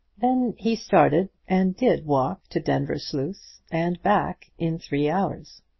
then he started, and did walk to denvir sluice and back in three hours.